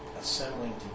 assembling